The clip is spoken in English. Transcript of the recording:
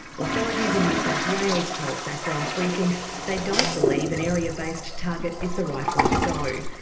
authorities in new south wales told background briefing they don't believe an area-based target is the right way to go.